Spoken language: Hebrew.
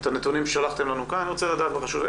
את הנתונים ששלחתם לנו לכאן אני רוצה לדעת בחלוקה לרשויות,